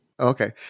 Okay